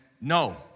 no